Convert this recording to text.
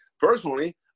Personally